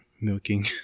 milking